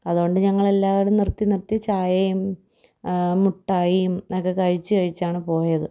അതുകൊണ്ട് ഞങ്ങളെല്ലാരും നിർത്തി നിർത്തി ചായയും മുട്ടായിയും ഒക്കെ കഴിച്ച് കഴിച്ചാണ് പോയത്